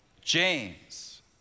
James